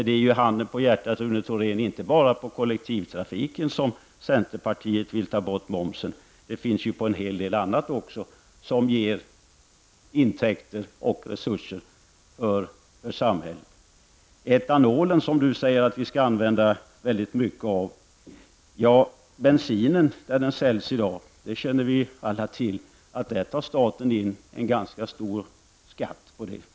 Det är, handen på hjärtat Rune Thorén, inte bara beträffande kollektivtrafiken som centerpartiet vill ta bort momsen. Kravet gäller ju en hel del annat också som ger intäkter och resurser för samhället. Ni säger att vi skall använda mycket mer etanol. Vi alla känner till att staten tar in ganska mycket skatt vid bensinförsäljning.